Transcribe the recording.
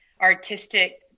artistic